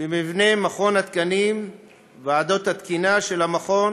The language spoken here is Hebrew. במבנה מכון התקנים וועדות התקינה של המכון,